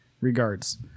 Regards